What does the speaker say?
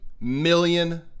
million